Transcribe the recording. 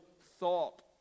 thought